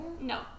No